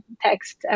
text